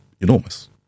enormous